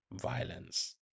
violence